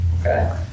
Okay